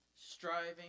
Striving